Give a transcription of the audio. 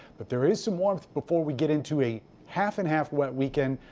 but there is warmth before we get into a half-and-half wet weekend.